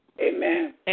Amen